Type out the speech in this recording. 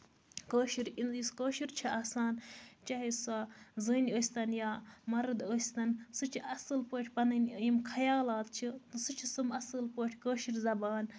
کٲشُر یُس کٲشُر چھُ آسان چاہے سۄ زٔنۍ ٲسۍتن یا مَرٕد ٲسۍتن سُہ چھُ اَصٕل پٲٹھۍ پَنٕنۍ یِم خَیالات چھِ سُہ چھِ سُہ اَصٕل پٲٹھۍ کٲشُر زَبان